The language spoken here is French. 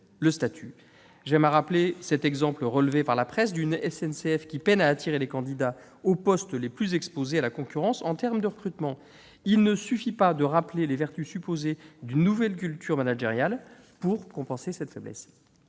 ses agents. J'aime à rappeler cet exemple, relevé par la presse, d'une SNCF qui peine à attirer des candidats aux postes les plus exposés à la concurrence en termes de recrutement. Il ne suffit pas de rappeler les vertus supposées d'une nouvelle culture managériale pour compenser cette faiblesse.